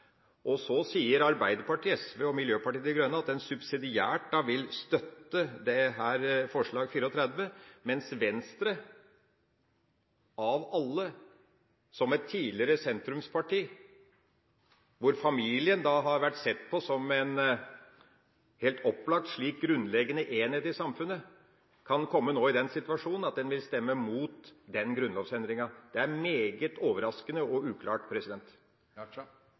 på. Så sier Arbeiderpartiet, SV og Miljøpartiet De Grønne at de subsidiært vil støtte forslag nr. 34, mens Venstre, av alle, som et tidligere sentrumsparti, som har sett på familien som en helt opplagt grunnleggende enhet i samfunnet, kan komme i en situasjon at de vil stemme mot den grunnlovsendringa. Det er meget overaskende og uklart.